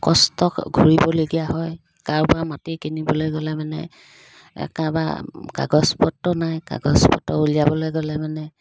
কষ্ট ঘূৰিবলগীয়া হয় কাৰোবাৰ মাটি কিনিবলৈ গ'লে মানে এই কাৰোবাৰ কাগজপত্ৰ নাই কাগজপত্ৰ উলিয়াবলৈ গ'লে মানে